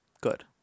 Good